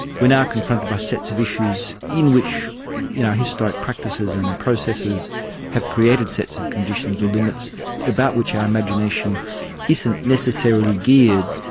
we're now confronted by sets of issues in which our you know historic practices and processes have created sets of conditions or limits about which our imagination isn't necessarily geared,